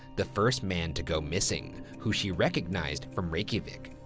the first man to go missing, who she recognized from reykjavik.